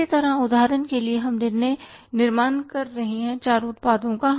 इसी तरह उदाहरण के लिए हम निर्माण कर रहे हैं चार उत्पादों का